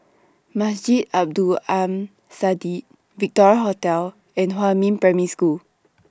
Masjid Abdul Aleem Siddique Victoria Hotel and Huamin Primary School